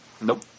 Nope